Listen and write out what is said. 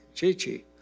Chi-Chi